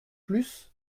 plus